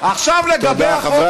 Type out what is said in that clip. אני אספר לך איזו הגירה